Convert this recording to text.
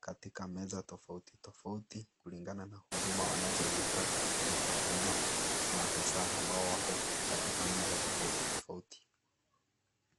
katika meza tofautitofauti kulingana na huduma wanazozitaka kutoka kwa hivyo maafisi ambao wako katika meza tofautitofauti.